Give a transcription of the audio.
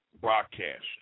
broadcast